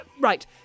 right